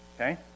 Okay